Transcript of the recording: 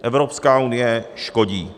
Evropská unie škodí.